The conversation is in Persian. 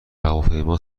هواپیما